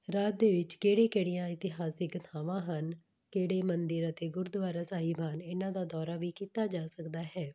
ਰਾਜ ਦੇ ਵਿੱਚ ਕਿਹੜੀ ਕਿਹੜੀਆਂ ਇਤਿਹਾਸਿਕ ਥਾਵਾਂ ਹਨ ਕਿਹੜੇ ਮੰਦਰ ਅਤੇ ਗੁਰਦੁਆਰਾ ਸਾਹਿਬ ਹਨ ਇਹਨਾਂ ਦਾ ਦੌਰਾ ਵੀ ਕੀਤਾ ਜਾ ਸਕਦਾ ਹੈ